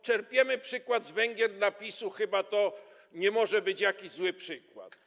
Czerpiemy przykład z Węgier, dla PiS-u chyba to nie może być jakiś zły przykład.